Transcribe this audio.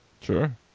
Sure